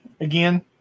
again